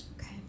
okay